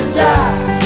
die